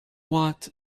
watt